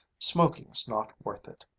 smoking's not worth it.